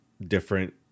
different